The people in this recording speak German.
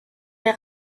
der